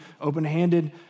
open-handed